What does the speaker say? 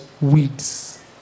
Weeds